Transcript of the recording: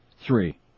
three